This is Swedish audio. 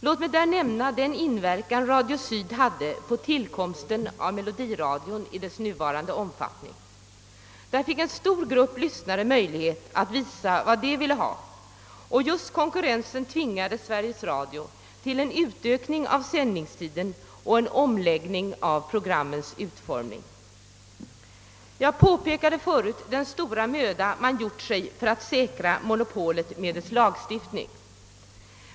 Låt mig där nämna den inverkan som Radio Syd hade på tillkomsten av melodiradion i dess nuvarande omfattning. Där fick en stor grupp lyssnare möjlighet att visa vad de ville ha, och just konkurrensen tvingade Sveriges Radio till en utökning av sändningstiden och en omläggning av programmens utformning. Jag påpekade förut den stora möda man gjort sig för att säkra monopolet medelst lagstiftning.